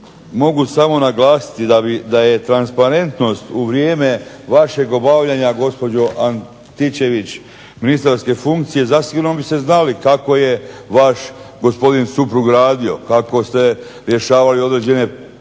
mogu samo naglasiti da je transparentnost u vrijeme vašeg obavljanja gospođo Antičević ministarske funkcije zasigurno biste znali kako je vaš gospodin suprug radio, kako ste rješavali određene postupke